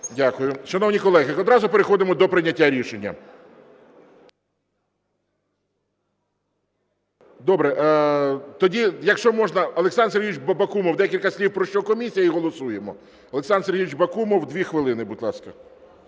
Дякую. Шановні колеги, одразу переходимо до прийняття рішення. Добре, тоді, якщо можна, Олександр Сергійович Бакумов, декілька слів, про що комісія, і голосуємо. Олександр Сергійович Бакумов. 2 хвилини, будь ласка.